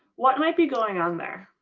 what might be going on there?